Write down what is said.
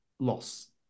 loss